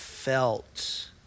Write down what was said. felt